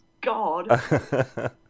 God